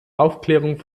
aufklärung